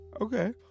okay